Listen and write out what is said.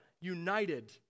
united